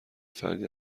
فردی